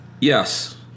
yes